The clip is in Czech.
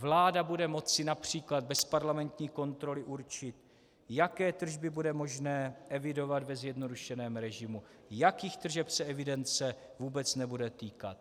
Vláda bude moci například bez parlamentní kontroly určit, jaké tržby bude možné evidovat ve zjednodušeném režimu, jakých tržeb se evidence vůbec nebude týkat.